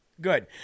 Good